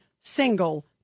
single